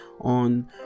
on